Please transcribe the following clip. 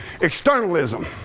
externalism